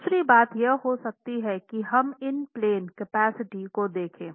दूसरी बात यह हो सकती है कि हम इन प्लेन कैपेसिटी को देखे